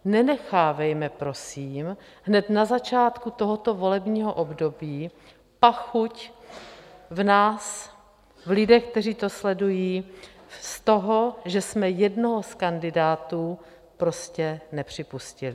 Nenechávejme prosím hned na začátku tohoto volebního období pachuť v nás, v lidech, kteří to sledují, z toho, že jsme jednoho z kandidátů prostě nepřipustili.